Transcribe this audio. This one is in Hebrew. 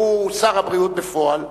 שהוא שר הבריאות בפועל,